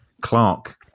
Clark